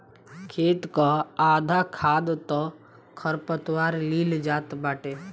खेत कअ आधा खाद तअ खरपतवार लील जात बाटे